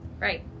Right